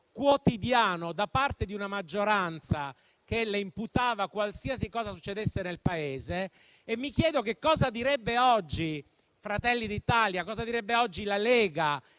quotidiano da parte di una maggioranza che le imputava qualsiasi cosa succedesse nel Paese. Ebbene, mi chiedo che cosa direbbero oggi Fratelli d'Italia e la Lega